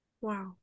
wow